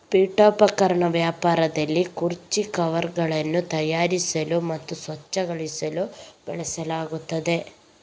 ಪೀಠೋಪಕರಣ ವ್ಯಾಪಾರದಲ್ಲಿ ಕುರ್ಚಿ ಕವರ್ಗಳನ್ನು ತಯಾರಿಸಲು ಮತ್ತು ಸಜ್ಜುಗೊಳಿಸಲು ಬಳಸಲಾಗುತ್ತದೆ